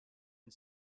and